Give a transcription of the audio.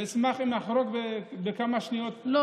ואשמח, אם אחרוג בכמה בשניות, תתחשב.